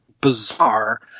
bizarre